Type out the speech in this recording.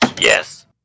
Yes